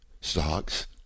stocks